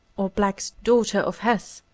or black's daughter of heth.